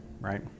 right